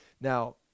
now